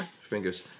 fingers